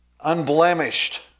unblemished